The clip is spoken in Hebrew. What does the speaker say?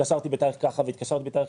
התקשרתי בתאריך כך וכך.